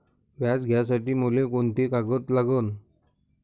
व्याज घ्यासाठी मले कोंते कागद लागन?